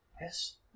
Yes